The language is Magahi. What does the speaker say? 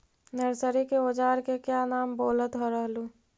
नरसरी के ओजार के क्या नाम बोलत रहलू?